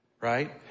right